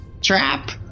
Trap